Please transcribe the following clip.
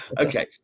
Okay